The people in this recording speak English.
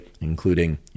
including